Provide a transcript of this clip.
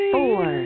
Four